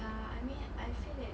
ya I mean I feel that